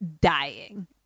dying